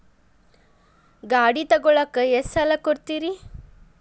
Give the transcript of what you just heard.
ಗಾಡಿ ತಗೋಳಾಕ್ ಎಷ್ಟ ಸಾಲ ಕೊಡ್ತೇರಿ?